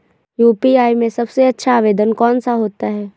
UPI में सबसे अच्छा आवेदन कौन सा होता है?